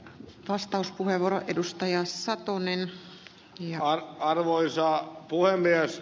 vastauspuheenvuoro edusta jossa on niin kihara arvoisa puhemies